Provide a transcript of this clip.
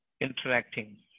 interacting